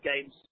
games